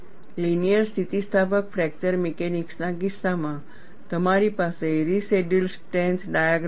linear સ્થિતિસ્થાપક fracture મિકેનિક્સના કિસ્સામાં તમારી પાસે રેસિડયૂઅલ સ્ટ્રેન્થ ડાયગ્રામ હશે